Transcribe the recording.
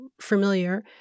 familiar